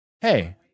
hey